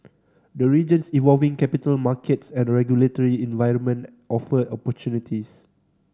the region's evolving capital markets and regulatory environment offer opportunities